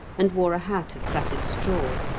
and wore a hat of plaited straw.